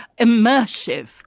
immersive